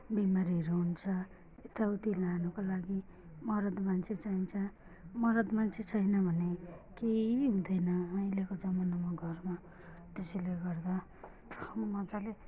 बिमारीहरू हुन्छ यत्ताउत्ति लानुको लागि मरद मान्छे चाहिन्छ मरद मान्छे छैन भने केही हुँदैन अहिलेको जमानामा घरमा त्यसैले गर्दा अब मजाले